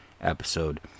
episode